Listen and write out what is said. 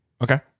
Okay